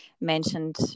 mentioned